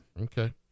Okay